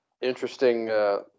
interesting